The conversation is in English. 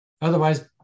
Otherwise